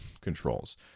Controls